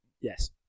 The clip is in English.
Yes